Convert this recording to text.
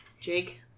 Jake